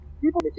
People